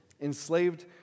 enslaved